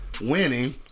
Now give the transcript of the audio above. Winning